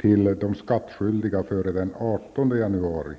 till de skattskyldiga före den 18 januari.